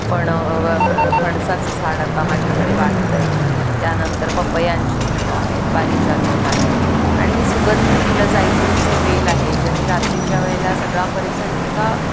फण फणसाचं झाड आता माझ्याकडे वाढतं आहे त्यानंतर पपयांची झाडं आहेत पारीजातक आहे आणि ही सुगंधी फुलं जाईजुईचे वेल आहे ज्यानी रात्रीच्या वेळेला सगळा परिसर इतका